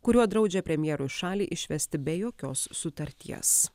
kuriuo draudžia premjerui šalį išvesti be jokios sutarties